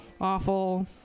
awful